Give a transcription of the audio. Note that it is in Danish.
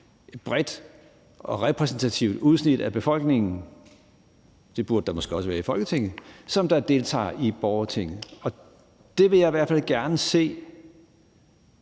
et bredt og repræsentativt udsnit af befolkningen – det burde der måske også være i Folketinget – som deltager i borgertinget. Jeg vil i hvert fald gerne se